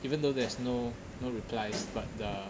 even though there's no no replies but uh